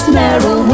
narrow